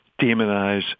demonize